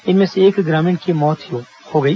इनमें से एक ग्रामीण की मौत हो गई